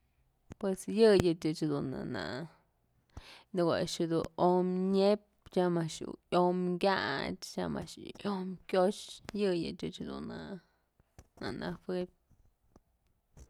Pues yëyëch ëch jedun nanë nëko'o a'ax jedun om nyep, tyam a'ax dun yom kyach tyam a'ax yom kyox yëyëch ëch dun na najuëb.